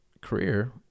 career